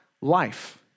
life